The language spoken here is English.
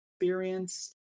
experience